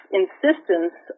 insistence